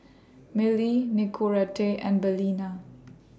Mili Nicorette and Balina